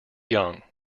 young